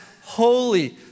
holy